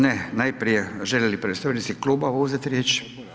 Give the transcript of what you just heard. Ne, najprije, želi li predstavnici kluba uzet riječ?